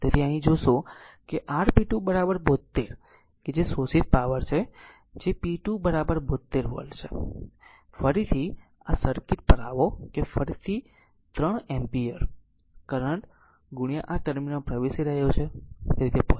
તેથી અહીં તે જોશે કે તે r p 2 72 કે જે શોષિત પાવર છે જે p 2 72 વોટ છે ફરીથી આ સર્કિટ પર આવો કે ફરીથી 7 એમ્પીયર કરંટ આ ટર્મિનલમાં પ્રવેશી રહ્યો છે